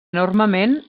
enormement